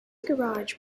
garage